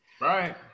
Right